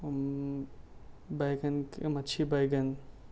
بیگن مچھلی بیگن